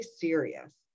serious